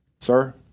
Sir